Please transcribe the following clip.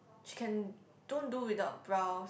she can don't do without brows